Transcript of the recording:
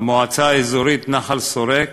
המועצה האזורית נחל-שורק,